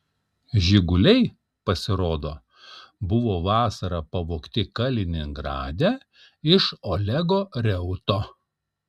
žiguliai pasirodo buvo vasarą pavogti kaliningrade iš olego reuto